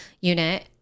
unit